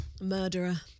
Murderer